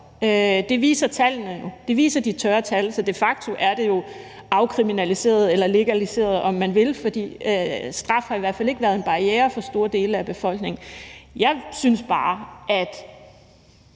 Det viser tallene jo. Det viser de tørre tal. Så de facto er det jo afkriminaliseret eller legaliseret, om man vil, for straf har i hvert fald ikke været en barriere for store dele af befolkningen. Jeg synes bare, at